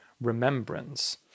remembrance